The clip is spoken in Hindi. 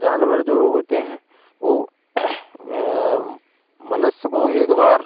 जानवर जो होते हैं वे मनुश्य को एक बार